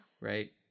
right